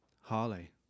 Harley